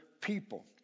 people